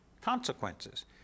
consequences